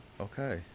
Okay